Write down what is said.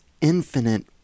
infinite